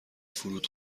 فرود